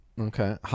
Okay